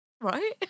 right